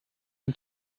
zum